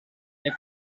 est